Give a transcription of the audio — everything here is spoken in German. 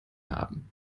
haben